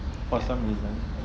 ya